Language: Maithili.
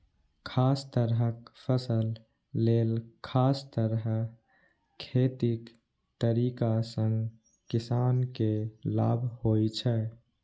खास तरहक फसल लेल खास तरह खेतीक तरीका सं किसान के लाभ होइ छै